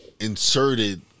inserted